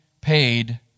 paid